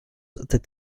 that